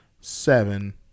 seven